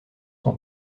son